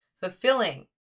fulfilling